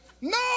No